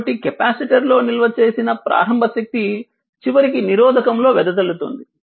కాబట్టి కెపాసిటర్లో నిల్వ చేసిన ప్రారంభ శక్తి చివరికి నిరోధకములో వెదజల్లుతుంది